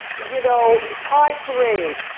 you know the pride parade,